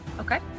Okay